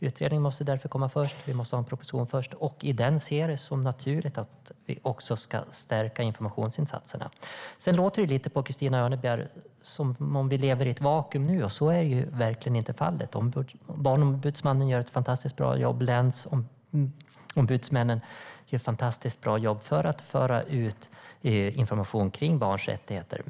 Först måste vi ha en utredning och en proposition och i det se det som naturligt att vi också ska stärka informationsinsatserna. På Christina Örnebjär låter det som att vi lever i ett vakuum. Men så är inte fallet. Barnombudsmannen och länsombudsmännen gör ett fantastiskt jobb för att föra ut information om barns rättigheter.